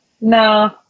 No